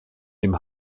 dem